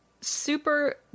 super